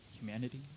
humanity